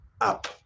up